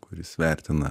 kuris vertina